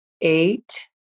eight